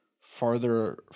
farther